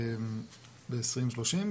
ל-2030,